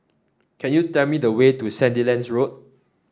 can you tell me the way to Sandilands Road